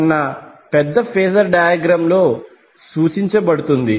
కన్నా పెద్ద phasor diagram లో సూచించబడుతుంది